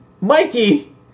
Mikey